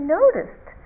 noticed